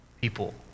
people